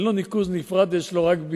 מה שקרה הוא שהצינור נפגע,